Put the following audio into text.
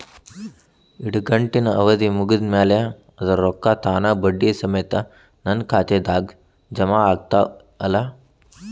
ಇಡಗಂಟಿನ್ ಅವಧಿ ಮುಗದ್ ಮ್ಯಾಲೆ ಅದರ ರೊಕ್ಕಾ ತಾನ ಬಡ್ಡಿ ಸಮೇತ ನನ್ನ ಖಾತೆದಾಗ್ ಜಮಾ ಆಗ್ತಾವ್ ಅಲಾ?